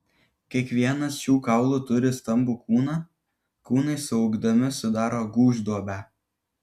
kiekvienas šių kaulų turi stambų kūną kūnai suaugdami sudaro gūžduobę